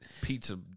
Pizza